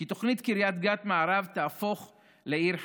כי תוכנית קריית גת מערב תהפוך לעיר חרדית.